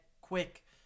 quick